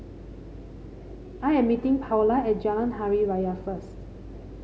I am meeting Paola at Jalan Hari Raya first